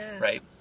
right